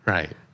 Right